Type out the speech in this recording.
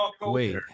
Wait